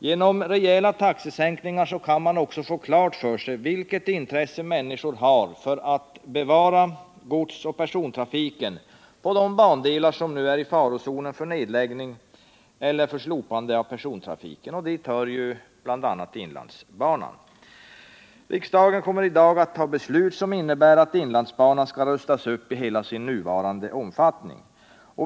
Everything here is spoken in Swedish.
Genom rejäla taxesänkningar kan man också få klart för sig vilket intresse människor har av att bevara godsoch persontrafiken på de bandelar som nu är i farozonen för nedläggning eller för slopande av persontrafiken. Dit hör bl.a. inlandsbanan. Riksdagen kommer i dag att fatta beslut som innebär att inlandsbanan skall rustas upp i hela sin nuvarande omfattning.